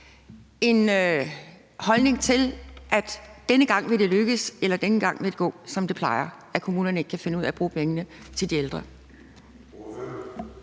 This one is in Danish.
en holdning til, at det denne gang vil lykkes eller det denne gang vil gå, som det plejer, altså at kommunerne ikke kan finde ud af at bruge pengene til de ældre?